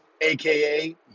AKA